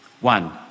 One